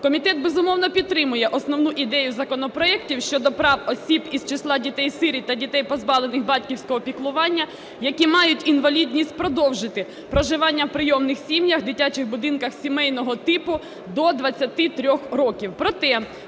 Комітет, безумовно, підтримує основну ідею законопроектів щодо прав осіб із числа дітей-сиріт та дітей, позбавлених батьківського піклування, які мають інвалідність, продовжити проживання в прийомних сім'ях, в дитячих будинках сімейного типу до 23 років.